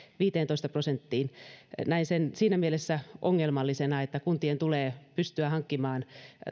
viiteentoista prosenttiin näen sen siinä mielessä ongelmallisena että kuntien tulee pystyä hankkimaan